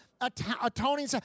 atoning